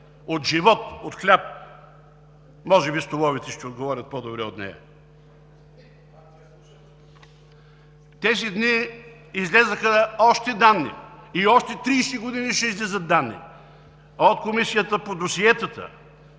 от живот, от хляб? Може би столовете ще отговорят по-добре от нея! Тези дни излязоха още данни – и още 30 години ще излизат данни от Комисията по досиетата,